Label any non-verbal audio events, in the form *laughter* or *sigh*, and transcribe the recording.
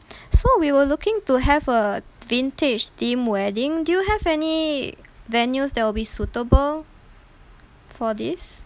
*breath* so we were looking to have a vintage theme wedding do you have any venues that will be suitable for this